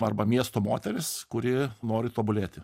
arba miesto moteris kuri nori tobulėti